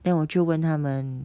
then 我就问他们